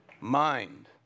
mind